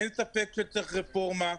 אין ספק שצריך רפורמה,